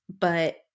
but-